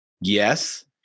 Yes